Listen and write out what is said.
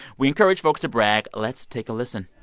we encourage folks to brag. let's take a listen